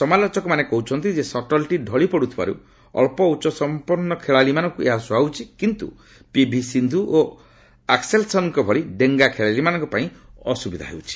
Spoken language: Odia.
ସମାଲୋଚକମାନେ କହୁଛନ୍ତି ଯେ ସଟଲ୍ଟି ଢ଼ଳିପଡୁଥିବାରୁ ଅଳ୍ପ ଉଚ୍ଚତାସଂପନ୍ନ ଖେଳାଳିମାନଙ୍କୁ ଏହା ସୁହାଉଛି କିନ୍ତୁ ପିଭି ସିଦ୍ଧୁ ଓ ଆକ୍ନେଲସନ୍ଙ୍କ ଭଳି ଡେଙ୍ଗା ଖେଳାଳିମାନଙ୍କ ପାଇଁ ଅସ୍ଥବିଧା ହେଉଛି